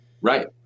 right